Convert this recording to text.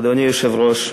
אדוני היושב-ראש,